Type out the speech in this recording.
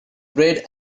bread